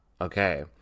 okay